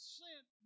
sent